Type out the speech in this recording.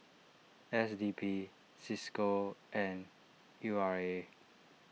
S D P Cisco and U R A